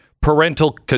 parental